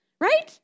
right